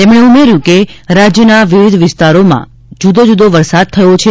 તેમણે ઉમેર્યું કે રાજ્યના વિવિધ વિસ્તારોમાં જુદો જુદો વરસાદ થયો છે